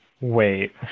Wait